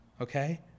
Okay